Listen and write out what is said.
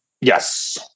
Yes